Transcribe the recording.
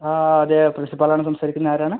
ആ അതെ പ്രിൻസിപ്പാളാണ് സംസാരിക്കുന്നേ ആരാണ്